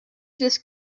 just